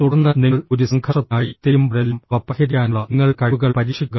തുടർന്ന് നിങ്ങൾ ഒരു സംഘർഷത്തിനായി തിരയുമ്പോഴെല്ലാം അവ പരിഹരിക്കാനുള്ള നിങ്ങളുടെ കഴിവുകൾ പരീക്ഷിക്കുക